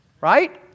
right